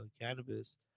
cannabis